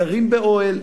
גרים באוהל,